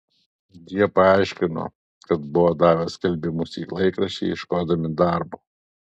jie paaiškino kad buvo davę skelbimus į laikraštį ieškodami darbo